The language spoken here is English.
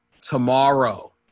tomorrow